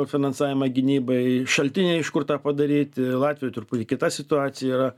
finansavimą gynybai šaltiniai iš kur tą padaryti latvijoj truputį kita situacija yra